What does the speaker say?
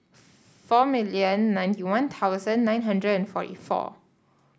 four million ninety One Thousand nine hundred and forty four